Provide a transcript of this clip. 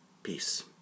Peace